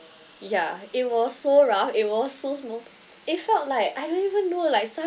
yeah it was so rough it was so smooth it felt like I don't even know like